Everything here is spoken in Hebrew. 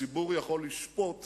הציבור יכול לשפוט